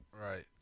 Right